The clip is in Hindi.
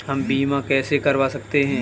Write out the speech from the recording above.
हम बीमा कैसे करवा सकते हैं?